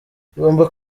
tugomba